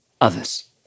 others